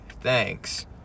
Thanks